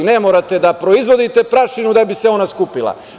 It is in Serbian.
Ne morate da proizvodite prašinu da bi se ona skupila.